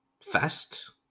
fast